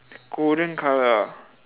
golden colour ah